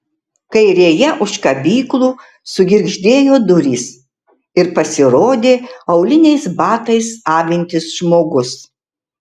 kairėje už kabyklų sugirgždėjo durys ir pasirodė auliniais batais avintis žmogus